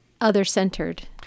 other-centered